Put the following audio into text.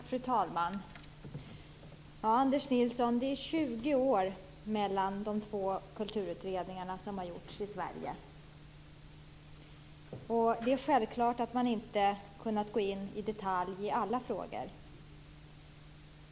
Fru talman! Det är 20 år mellan de två kulturutredningar som har gjorts i Sverige, Anders Nilsson. Det är självklart att man inte har kunnat gå in i detalj i alla frågor.